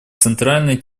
центральной